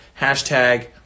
hashtag